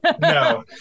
No